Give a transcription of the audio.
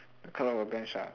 the colour of a bench ah